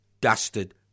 dusted